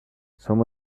some